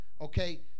Okay